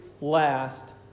last